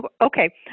Okay